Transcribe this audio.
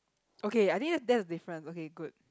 okay I think that's the difference okay good